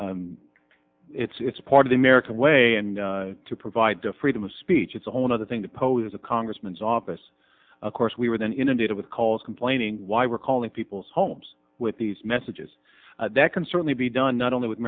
it's part of the american way and to provide the freedom of speech is a whole nother thing that poses a congressman's office of course we were then inundated with calls complaining why we're calling people's homes with these messages that can certainly be done not only with